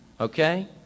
okay